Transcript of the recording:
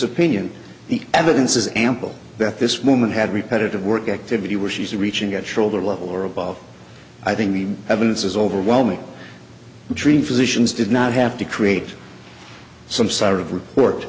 opinion the evidence is ample that this woman had repetitive work activity where she's reaching at shoulder level or above i think the evidence is overwhelming the dream physicians did not have to create some sort of report